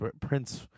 Prince